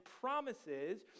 promises